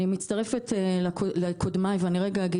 אני מצטרפת לקודמי ואומרת,